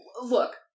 look